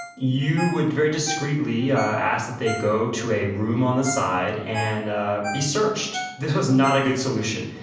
you would very discreetly ah ask that they go to a room on the side and ah be searched. this was not a good solution.